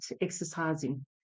exercising